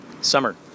summer